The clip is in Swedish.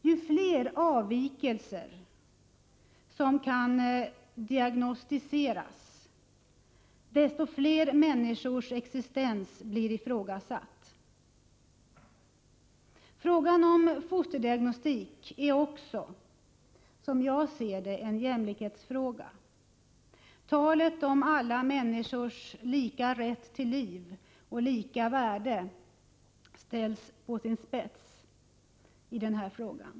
Ju fler avvikelser som kan diagnostiseras, desto fler människors existens blir ifrågasatt. Frågan om fosterdiagnostik är också, som jag ser det, en jämlikhetsfråga. Talet om alla människors lika rätt till liv och lika värde ställs på sin spets i den här frågan.